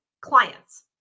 clients